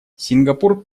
сингапур